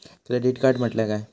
Credit card म्हटल्या काय?